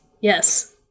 Yes